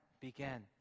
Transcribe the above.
began